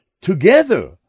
together